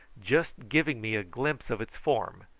just giving me a glimpse of its form,